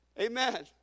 Amen